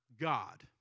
God